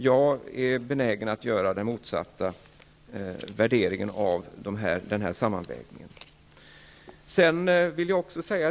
Jag är benägen att göra den motsatta värderingen av sammanvägningen.